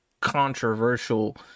controversial